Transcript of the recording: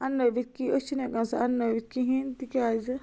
اَننٲوِتھ کہیٖنۍ أسۍ چھِنہٕ ہٮ۪کان سۄ اَننٲوِتھ کِہیٖنۍ تِکیٛازِ